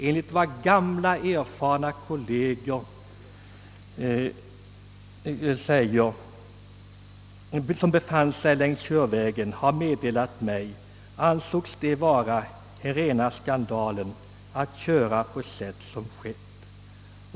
Enligt vad gamla erfarna kolleger, som befann sig längs körvägen, meddelat mig, ansåg de det vara rena skandalen att köra på sätt som skett.